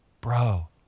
bro